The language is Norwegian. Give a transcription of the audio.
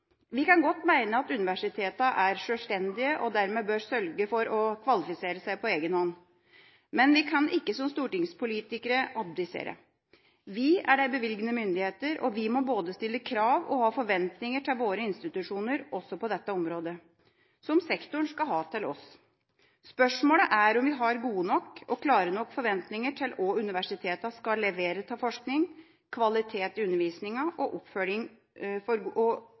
Vi kan godt mene at universitetene er sjølstendige og dermed bør sørge for å kvalifisere seg på egen hånd, men vi kan ikke som stortingspolitikere abdisere. Vi er de bevilgende myndigheter, og vi må stille både krav og ha forventninger til våre institusjoner også på dette området – som sektoren skal ha til oss. Spørsmålet er om vi har gode nok og klare nok forventninger til hva universitetene skal levere av forskning, kvalitet i undervisningen og oppfølging for